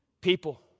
people